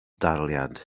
daliad